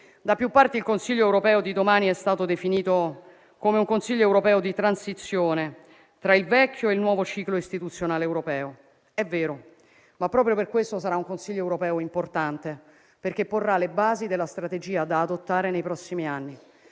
da più parti il Consiglio europeo di domani è stato definito come un Consiglio europeo di transizione tra il vecchio e il nuovo ciclo istituzionale europeo. È vero, ma proprio per questo sarà un Consiglio europeo importante, perché porrà le basi della strategia da adottare nei prossimi anni.